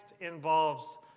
involves